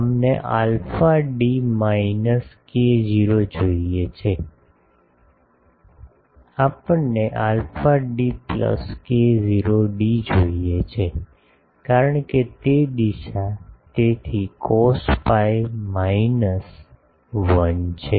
અમને alpha d minus k0 જોઈએ છે અમને alpha d plus k0 d જોઈએ છે કારણ કે તે દિશા તેથી cos pi માઇનસ 1 છે